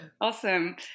Awesome